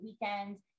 weekends